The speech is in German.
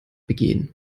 begehen